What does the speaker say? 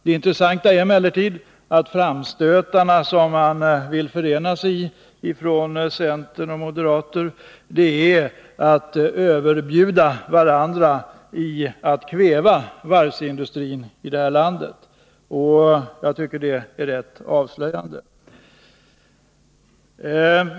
Det intressanta är emellertid att framstötarna som man från centerpartiet och moderata samlingspartiet vill förena sig i går ut på att kväva varvsindustrin här i landet; det överbjuder man varandra i. Jag tycker det är rätt avslöjande.